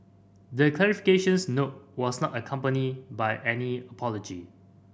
the clarifications note was not accompanied by any apology